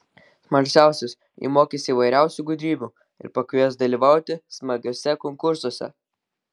smalsiausius ji mokys įvairiausių gudrybių ir pakvies dalyvauti smagiuose konkursuose